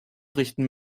richten